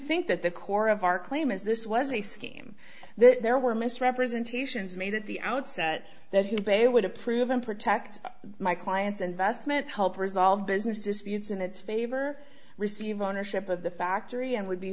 think that the core of our claim is this was a scheme that there were misrepresentations made at the outset that it would approve and protect my clients investment help resolve business disputes in its favor receive ownership of the factory and would be